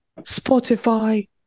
Spotify